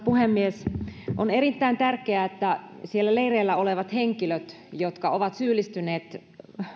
puhemies on erittäin tärkeää että siellä leireillä olevat henkilöt jotka ovat syyllistyneet